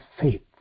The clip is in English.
faith